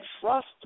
trust